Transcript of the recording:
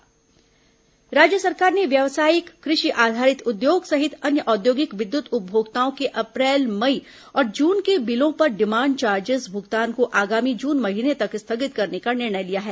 विद्युत राहत राज्य सरकार ने व्यावसायिक कृषि आधारित उद्योग सहित अन्य औद्योगिक विद्युत उपभोक्ताओं के अप्रैल मई और जून के बिलों पर डिमांड चार्जेस भुगतान को आगामी जून महीने तक स्थगित करने का निर्णय लिया है